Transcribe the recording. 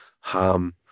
ham